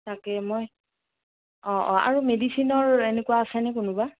তাকে মই অ' অ' আৰু মেডিচিনৰ এনেকুৱা আছেনে কোনোবা